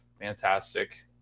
fantastic